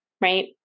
right